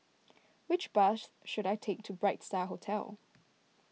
which bus should I take to Bright Star Hotel